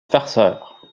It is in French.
farceur